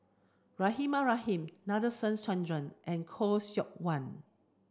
Rahimah Rahim Nadasen Chandra and Khoo Seok Wan